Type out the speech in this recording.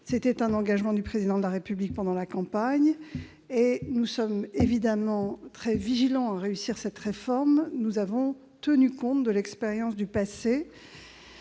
également un engagement du Président de la République pendant la campagne. Nous sommes évidemment très vigilants afin de réussir cette réforme, et nous avons donc tenu compte de l'expérience du passé.